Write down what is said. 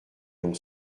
l’on